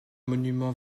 monument